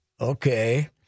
okay